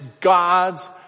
God's